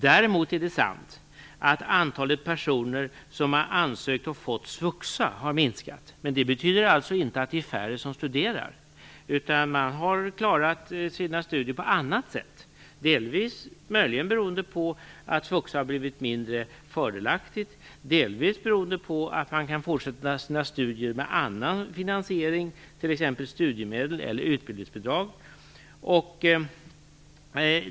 Däremot är det sant att antalet personer som har ansökt och fått svuxa har minskat. Men det betyder inte att det är färre som studerar. Man har klarat sina studier på annat sätt. Möjligen delvis beroende på att svuxa har blivit mindre fördelaktigt, delvis beroende på att man kan fortsätta sina studier med annan finansiering, t.ex. studiemedel eller utbildningsbidrag.